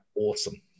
awesome